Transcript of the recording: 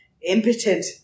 impotent